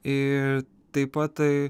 ir taip pat tai